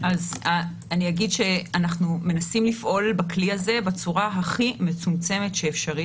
אנחנו מנסים לפעול בכלי הזה בצורה הכי מצומצמת שאפשר,